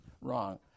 wrong